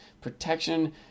protection